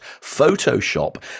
Photoshop